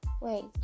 wait